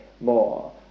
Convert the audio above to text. more